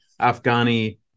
afghani